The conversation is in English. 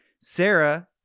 sarah